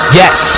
yes